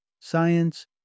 science